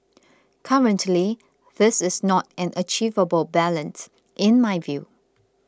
currently this is not an achievable balance in my view